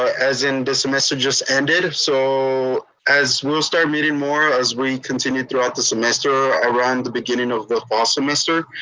as in the semester just ended. so as we'll start meeting more as we continue throughout the semester, around the beginning of the fall semester.